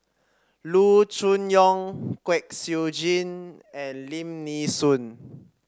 Loo Choon Yong Kwek Siew Jin and Lim Nee Soon